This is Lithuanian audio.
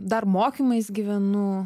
dar mokymais gyvenu